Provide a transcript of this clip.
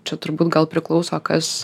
čia turbūt gal priklauso kas